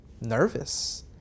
nervous